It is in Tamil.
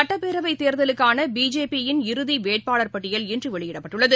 சட்டப்பேரவைத் தேர்தலுக்கானபிஜேபியின் இறுதிவேட்பாளர் பட்டியல் இன்றுவெளியிடப்பட்டுள்ளது